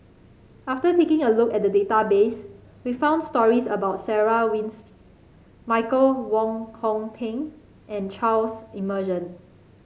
after taking a look at the database we found stories about Sarah Winstedt Michael Wong Hong Teng and Charles Emmerson